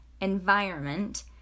environment